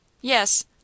Yes